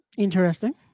Interesting